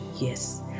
yes